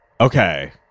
Okay